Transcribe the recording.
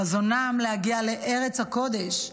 חזונם להגיע לארץ הקודש,